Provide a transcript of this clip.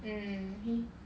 he